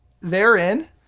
therein